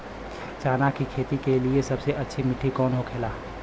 चना की खेती के लिए सबसे अच्छी मिट्टी कौन होखे ला?